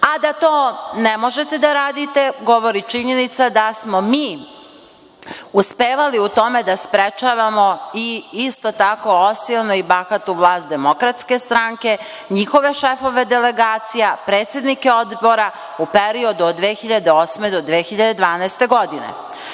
da to ne možete da radite, govori činjenica da smo mi uspevali u tome da sprečavamo i isto tako osionu i bahatu vlast DS, njihove šefove delegacija, predsednike odbora u periodu od 2008. do 2012. godine. Ja